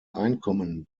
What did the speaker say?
einkommen